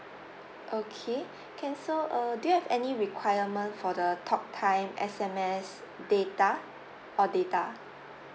okay can so uh do you have any requirement for the talk time S_M_S data oh data